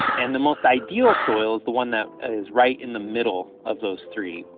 and the most ideal soil is the one that is right in the middle of those three,